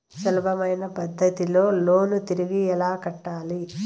సులభమైన పద్ధతిలో లోను తిరిగి ఎలా కట్టాలి